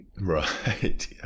right